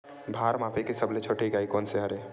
भार मापे के सबले छोटे इकाई कोन सा हरे?